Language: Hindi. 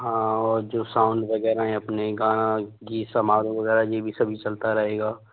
हाँ और जो साउंड वगैरह हैं अपने गीत समारोह वगैरह ये भी सब चलता रहेगा